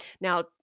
Now